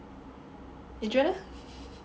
Adrian eh